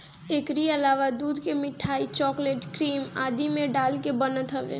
एकरी अलावा दूध के मिठाई, चोकलेट, क्रीम आदि में डाल के बनत हवे